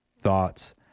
thoughts